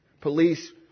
police